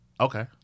Okay